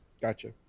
Gotcha